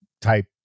type